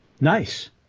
Nice